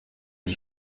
die